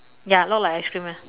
ya look like ice cream eh